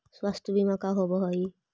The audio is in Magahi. स्वास्थ्य बीमा का होव हइ?